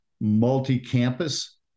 multi-campus